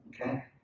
okay